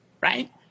Right